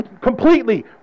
completely